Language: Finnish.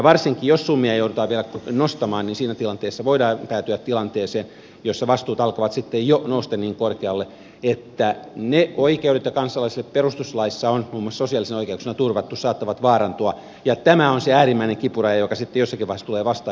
varsinkin jos summia joudutaan vielä nostamaan niin siinä tilanteessa voidaan päätyä tilanteeseen jossa vastuut alkavat jo nousta niin korkealle että ne oikeudet jotka kansalaisille perustuslaissa on muun muassa sosiaalisina oikeuksina turvattu saattavat vaarantua ja tämä on se äärimmäinen kipuraja joka sitten jossakin vaiheessa tulee vastaan